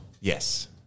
Yes